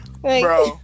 bro